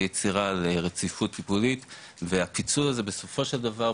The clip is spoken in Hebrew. ביצירה לרציפות טיפולית והפיצול הזה בסופו של דבר,